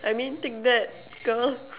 I mean take that girl